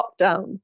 lockdown